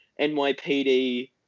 NYPD